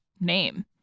name